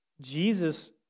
Jesus